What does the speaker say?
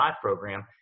program